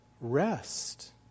Rest